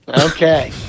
Okay